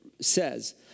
Says